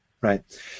right